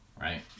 right